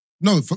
No